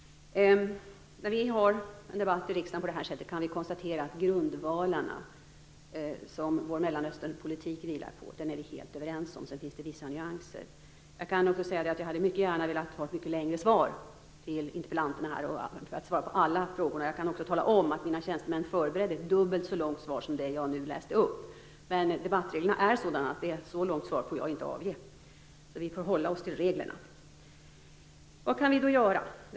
I debatten här kan vi konstatera att grundvalarna för vår Mellanösternpolitik är vi helt överens om. Sedan finns det vissa nyanser. Jag hade mycket gärna lämnat ett mycket längre svar till interpellanterna för att svara på alla frågorna. Jag kan också tala om att mina tjänstemän förberedde ett dubbelt så långt svar som det jag nu läste upp, men debattreglerna är sådana att jag inte får avge ett så långt svar. Vi får hålla oss till reglerna. Vad kan vi då göra?